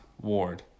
Ward